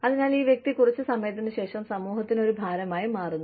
അതിനാൽ ഈ വ്യക്തി കുറച്ച് സമയത്തിന് ശേഷം സമൂഹത്തിന് ഒരു ഭാരമായി മാറുന്നു